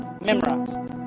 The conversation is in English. memorize